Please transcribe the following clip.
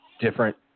different